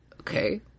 Okay